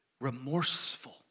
remorseful